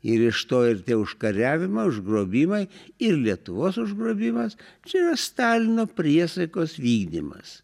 ir iš to ir užkariavimą užgrobimai ir lietuvos užgrobimas čia yra stalino priesaikos vykdymas